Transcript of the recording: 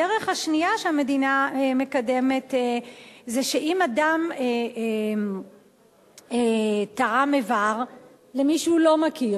הדרך השנייה שבה המדינה מקדמת זה שאם אדם תרם איבר למישהו שהוא לא מכיר,